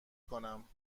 کنم